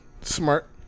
smart